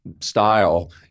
style